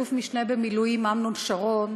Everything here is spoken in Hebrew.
אלוף-משנה במילואים אמנון שרון,